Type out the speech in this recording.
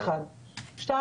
דבר שני,